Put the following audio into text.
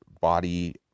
body